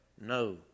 no